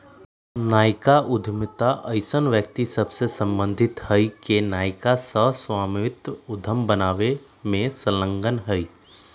नयका उद्यमिता अइसन्न व्यक्ति सभसे सम्बंधित हइ के नयका सह स्वामित्व उद्यम बनाबे में संलग्न हइ